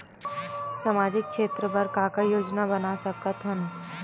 सामाजिक क्षेत्र बर का का योजना बना सकत हन?